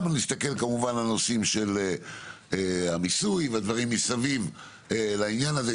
גם נסתכל כמובן על נושאים של המיסוי והדברים מסביב לעניין הזה,